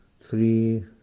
three